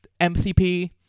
MCP